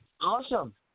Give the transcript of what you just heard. Awesome